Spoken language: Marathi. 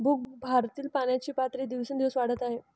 भूगर्भातील पाण्याची पातळी दिवसेंदिवस वाढत आहे